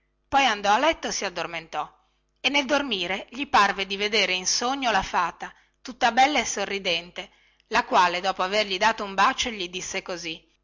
poi andò a letto e si addormentò e nel dormire gli parve di vedere in sogno la fata tutta bella e sorridente la quale dopo avergli dato un bacio gli disse così